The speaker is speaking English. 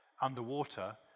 underwater